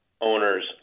owners